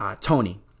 Tony